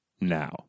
now